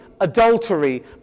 adultery